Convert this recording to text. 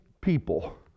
people